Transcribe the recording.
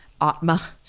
atma